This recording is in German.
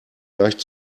leicht